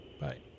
Bye